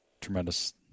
tremendous